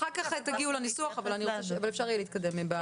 אחר כך תגיעו לניסוח אבל אפשר יהיה להתקדם.